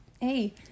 Hey